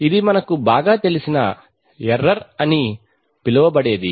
ఇది మనకు తెలిసిన ఎర్రర్ అని పిలువబడేది